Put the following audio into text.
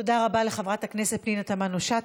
תודה רבה לחברת הכנסת פנינה תמנו-שטה.